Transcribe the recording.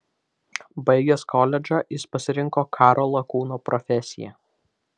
baigęs koledžą jis pasirinko karo lakūno profesiją